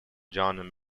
john